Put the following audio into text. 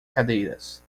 cadeiras